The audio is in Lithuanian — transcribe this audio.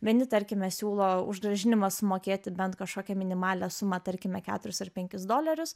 vieni tarkime siūlo už grąžinimą sumokėti bent kažkokią minimalią sumą tarkime keturis ar penkis dolerius